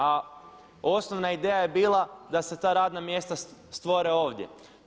A osnovna ideja je bila da se ta radna mjesta stvore ovdje.